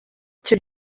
cyo